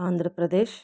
Andhra Pradesh